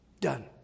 Done